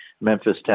Memphis